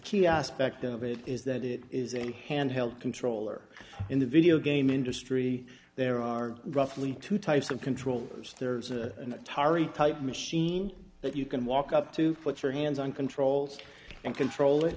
key aspect of it is that it is a handheld controller in the video game industry there are roughly two types of control there is a tare type machine that you can walk up to put your hands on controls and control it